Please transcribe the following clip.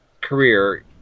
career